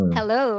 Hello